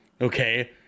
Okay